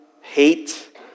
hate